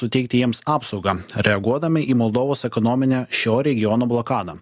suteikti jiems apsaugą reaguodami į moldovos ekonominę šio regiono blokadą